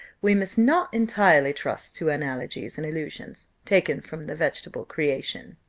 we must not entirely trust to analogies and allusions taken from the vegetable creation.